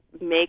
make